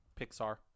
Pixar